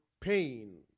pain